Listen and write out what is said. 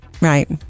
Right